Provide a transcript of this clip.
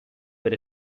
per